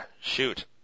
shoot